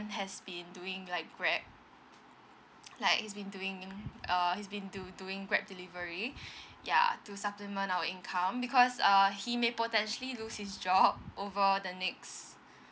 has been doing like grab like he's been doing you know err he's been do doing grab delivery ya to supplement our income because err he may potentially lose his job over the next